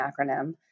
acronym